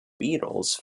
beetles